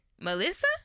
Melissa